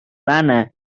lääne